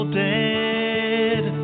dead